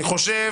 אני חושב